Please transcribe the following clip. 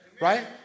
right